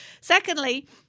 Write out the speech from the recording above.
Secondly